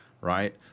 right